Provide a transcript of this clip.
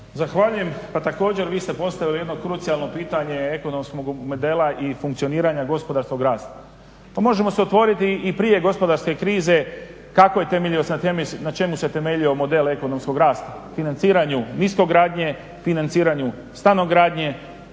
Zahvaljujem. Pa također vi ste postavili jedno krucijalno pitanje, ekonomskog modela i funkcioniranja gospodarskog rasta. Pa možemo se otvoriti i prije gospodarske krize kako je i na čemu se temeljio model ekonomskog rasta. Financiranju niskogradnje, financiranju stanogradnje.